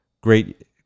Great